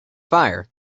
fire